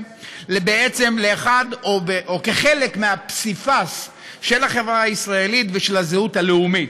לחלק מהפסיפס של החברה הישראלית ושל הזהות הלאומית.